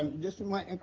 um just and my